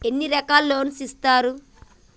ఎన్ని రకాల లోన్స్ ఇస్తరు?